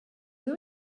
you